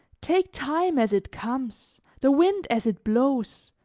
take time as it comes, the wind as it blows,